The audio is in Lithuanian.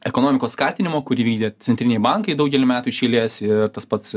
ekonomikos skatinimo kurį vykdė centriniai bankai daugelį metų iš eilės ir tas pats